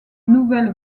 nouvelle